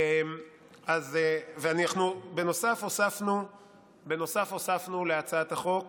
בנוסף, הוספנו להצעת החוק